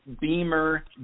Beamer